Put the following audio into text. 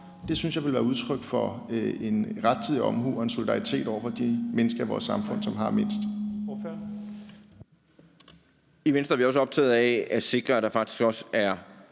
Det synes jeg ville være udtryk for en rettidig omhu og en solidaritet over for de mennesker i vores samfund, som har mindst. Kl. 10:42 Første næstformand (Leif Lahn